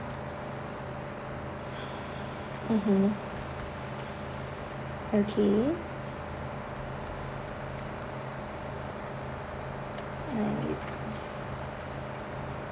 mmhmm okay nine eight seven